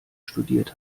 studiert